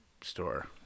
store